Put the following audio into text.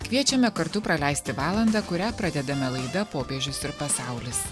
kviečiame kartu praleisti valandą kurią pradedame laida popiežius ir pasaulis